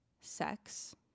sex